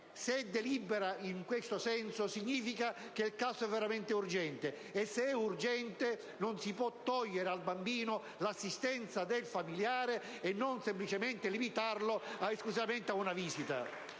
- delibera in questo senso, significa che il caso è veramente urgente. E se è urgente, non si può togliere al bambino l'assistenza del familiare e limitarla semplicemente ad una visita.